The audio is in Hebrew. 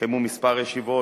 התקיימו כמה ישיבות.